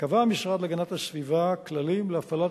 קבע המשרד להגנת הסביבה כללים להפעלת